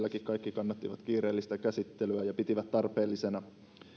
kaikki kannattivat kiireellistä käsittelyä ja pitivät sitä tarpeellisena